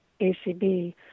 ACB